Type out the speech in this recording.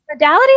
Modalities